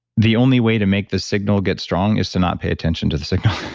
the only way to make the signal get strong is to not pay attention to the signal.